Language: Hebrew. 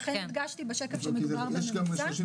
לכן הדגשתי בשקף שמדובר בממוצע.